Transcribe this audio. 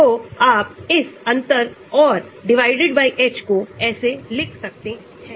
तो साहित्य में बहुत सारे विवरण उपलब्ध हैं हम उनमें से कुछ के बारे में बात करेंगे